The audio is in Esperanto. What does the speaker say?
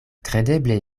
kredeble